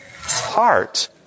heart